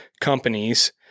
companies